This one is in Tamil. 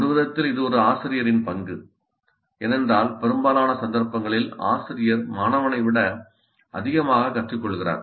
ஒருவிதத்தில் இது ஒரு ஆசிரியரின் பங்கு ஏனென்றால் பெரும்பாலான சந்தர்ப்பங்களில் ஆசிரியர் மாணவனை விட அதிகமாக கற்றுக்கொள்கிறார்